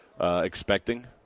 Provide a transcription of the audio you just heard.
expecting